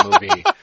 movie